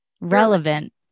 Relevant